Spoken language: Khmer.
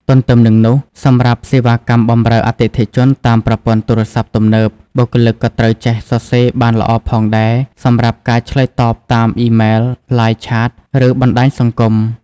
ទន្ទឹមនឹងនោះ សម្រាប់សេវាកម្មបម្រើអតិថិជនតាមប្រព័ន្ធទូរស័ព្ទទំនើប បុគ្គលិកក៏ត្រូវចេះសរសេរបានល្អផងដែរ សម្រាប់ការឆ្លើយតបតាមអ៊ីមែល Live Chat ឬបណ្ដាញសង្គម។